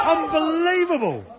Unbelievable